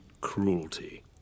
cruelty